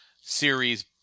series